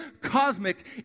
cosmic